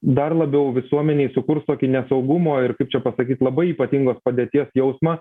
dar labiau visuomenėj sukurs tokį nesaugumo ir kaip čia pasakyt labai ypatingos padėties jausmą